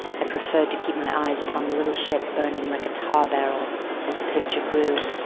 i preferred to keep my eyes upon the little ship burning like a tar barrel as the picture grew.